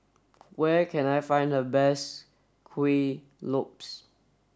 where can I find the best Kuih Lopes